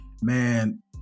man